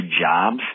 jobs